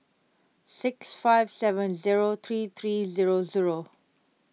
six five seven zero three three zero zero